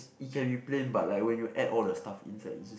it can be plain but like when you add all the stuff inside it just